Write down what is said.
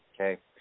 Okay